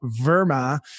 Verma